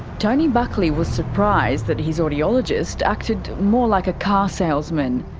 tony buckley was surprised that his audiologist acted more like a car salesman.